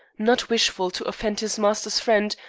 not wishful to offend his master's friend,